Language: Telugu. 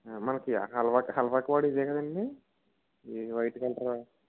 మనకి హల్వాకి హల్వాకి వాడేదేకదండి ఇది వైట్ కలరు